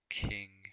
king